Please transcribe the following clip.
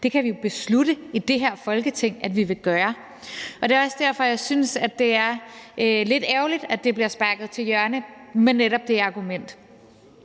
Det kan vi beslutte i det her Folketing at vi vil gøre. Det er også derfor, jeg synes, det er lidt ærgerligt, at det bliver sparket til hjørne med netop det argument.